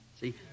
See